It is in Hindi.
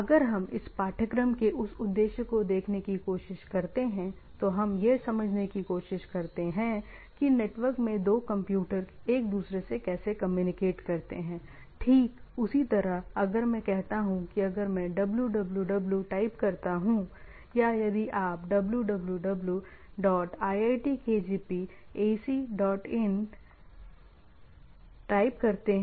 अगर हम इस पाठ्यक्रम के उस उद्देश्य को देखने की कोशिश करते हैं तो हम यह समझने की कोशिश करते हैं कि नेटवर्क में दो कंप्यूटर एक दूसरे से कैसे कम्युनिकेट करते हैं ठीक उसी तरह अगर मैं कहता हूं कि अगर मैं www टाइप करता हूं या यदि आप www iitkgpacin टाइप करते हैं